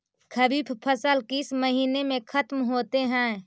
खरिफ फसल किस महीने में ख़त्म होते हैं?